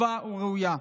טובה וראויה.